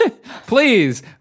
Please